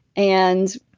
and,